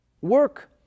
work